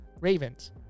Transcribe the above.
Ravens